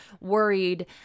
worried